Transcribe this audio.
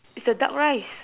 is the duck rice